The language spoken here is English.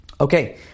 Okay